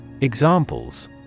Examples